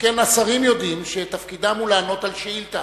שכן השרים יודעים שתפקידם הוא לענות על שאילתא.